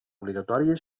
obligatòria